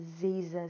diseases